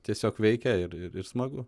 tiesiog veikia ir ir smagu